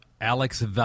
Alex